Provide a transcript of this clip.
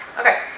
okay